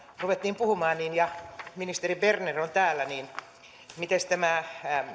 ruvettiin puhumaan ja ministeri berner on täällä niin mitenkäs tämä